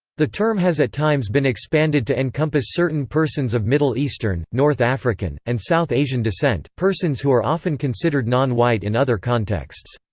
the term has at times been expanded to encompass certain persons of middle eastern, north african, and south asian descent, persons who are often considered non-white in other contexts.